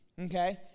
okay